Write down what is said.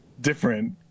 different